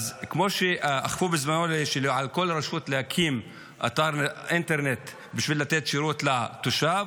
כמו שאכפו בזמנו שעל כל רשות להקים אתר אינטרנט בשביל לתת שירות לתושב,